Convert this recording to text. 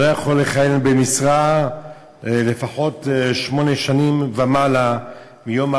יכול לכהן במשרה לפחות שמונה שנים ומעלה מיום ההרשעה,